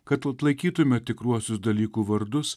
kad atlaikytume tikruosius dalykų vardus